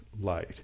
light